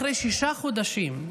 אחרי שישה חודשים,